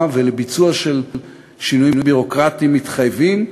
ולביצוע שינויים ביורוקרטיים מתחייבים,